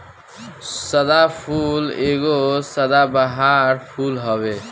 सदाफुली एगो सदाबहार फूल हवे